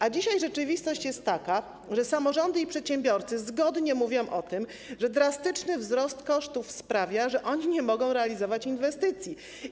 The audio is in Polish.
A dzisiaj rzeczywistość jest taka, że samorządy i przedsiębiorcy zgodnie mówią o tym, że drastyczny wzrost kosztów sprawia, że oni nie mogą realizować inwestycji.